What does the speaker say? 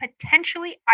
potentially